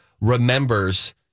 remembers